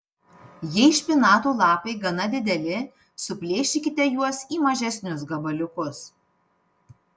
jei špinatų lapai gana dideli suplėšykite juos į mažesnius gabaliukus